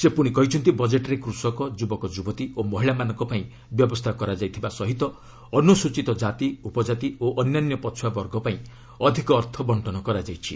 ସେ ପୁଣି କହିଛନ୍ତି ବଜେଟ୍ରେ କୃଷକ ଯୁବକଯୁବତୀ ଓ ମହିଳାମାନଙ୍କ ପାଇଁ ବ୍ୟବସ୍ଥା କରାଯାଇଥିବା ସହିତ ଅନୁସୁଚିତ କାତି ଉପକାତି ଓ ଅନ୍ୟାନ୍ୟ ପଛୁଆ ବର୍ଗପାଇଁ ଅଧିକ ଅର୍ଥ ବଙ୍କନ କରାଯାଇଛି